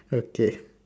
okay